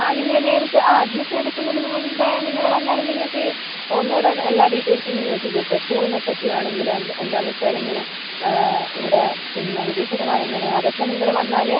ആ നിങ്ങൾ നേരിട്ട് ആ അഡ്മിഷൻ എടുക്കുന്നതിന് മുൻപ് നിങ്ങൾ വന്നാലും നിങ്ങൾക്ക് ഒന്നുകൂടെ എല്ലാ ഡീറ്റൈൽസും നിങ്ങൾക്ക് കിട്ടും സ്കൂളിനെ പറ്റി വേണമെങ്കിലും എ എന്താണെന്ന് വെച്ചാണെങ്കിലും ഇവിടെ പിന്നെ വിജയ ശതമാനം എങ്ങനെയാണ് അതൊക്കെ നിങ്ങൾ വന്നാൽ